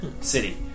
city